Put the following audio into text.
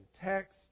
Text